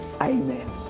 Amen